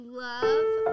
love